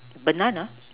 banana